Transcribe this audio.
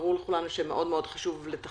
ברור לכולנו שחשוב מאוד לתכנן,